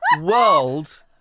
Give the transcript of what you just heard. world